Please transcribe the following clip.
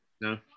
no